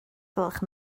gwelwch